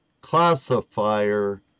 classifier